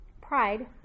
Pride